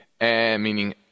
meaning